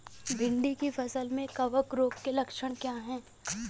भिंडी की फसल में कवक रोग के लक्षण क्या है?